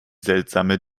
seltsame